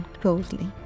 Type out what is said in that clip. closely